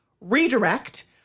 Redirect